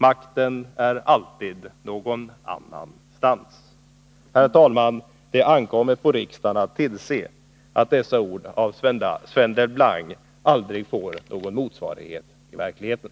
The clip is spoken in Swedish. Makten är alltid någon annanstans.” Herr talman! Det ankommer på riksdagen att tillse att dessa ord av Sven Delblanc aldrig får någon motsvarighet i verkligheten.